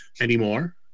anymore